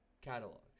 catalogs